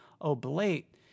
oblate